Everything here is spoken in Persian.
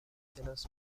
کلاس